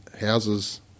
houses